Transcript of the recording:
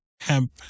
hemp